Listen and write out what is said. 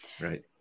Right